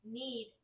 need